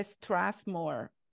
Strathmore